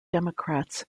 democrats